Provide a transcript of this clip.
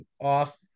off